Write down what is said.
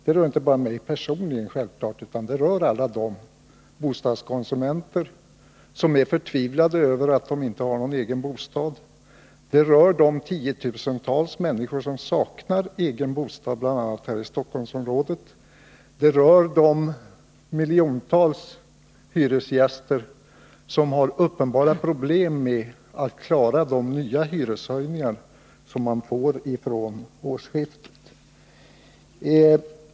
Den här frågan rör självfallet inte bara mig personligen, utan den rör alla de bostadskonsumenter som är förtvivlade över att de inte har någon egen bostad, de tiotusentals människor bl.a. här i Stockholmsområdet som saknar egen bostad och de miljontals hyresgäster som har uppenbara problem med att klara de nya hyreshöjningar som de får vid årsskiftet.